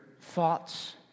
thoughts